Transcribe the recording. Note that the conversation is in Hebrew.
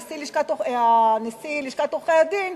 נשיא לשכת עורכי-הדין,